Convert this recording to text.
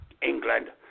England